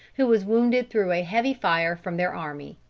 who was wounded through a heavy fire from their army.